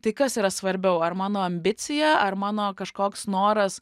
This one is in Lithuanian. tai kas yra svarbiau ar mano ambicija ar mano kažkoks noras